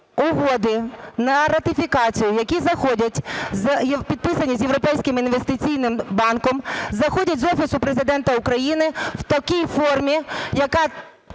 угоди на ратифікацію, які підписані з Європейським інвестиційним банком, заходять з Офісу Президента України в такій формі, яка